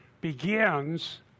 begins